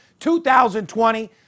2020